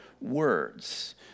words